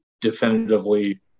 definitively